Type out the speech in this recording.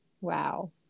Wow